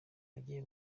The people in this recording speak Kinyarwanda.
agiye